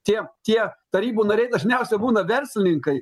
tie tie tarybų nariai dažniausiai būna verslininkai